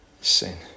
sin